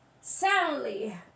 soundly